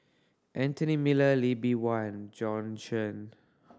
Anthony Miller Lee Bee Wah and Jorn Shen